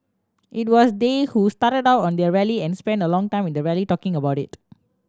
it was they who started out on their rally and spent a long time in the rally talking about it